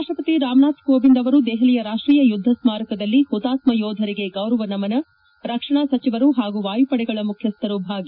ರಾಷ್ಟಪತಿ ರಾಮನಾಥ್ ಕೋವಿಂದ್ ಅವರು ದೆಹಲಿಯ ರಾಷ್ಟೀಯ ಯುದ್ದ ಸ್ನಾರಕದಲ್ಲಿ ಪುತಾತ್ತ ಯೋಧರಿಗೆ ಗೌರವ ನಮನ ರಕ್ಷಣಾ ಸಚಿವರು ಹಾಗೂ ವಾಯುಪಡೆಗಳ ಮುಖ್ಯಸ್ಥರು ಭಾಗಿ